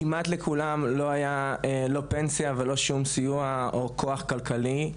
כמעט לכולם לא היה פנסיה ולא שום סיוע או כוח כלכלי,